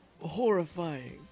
horrifying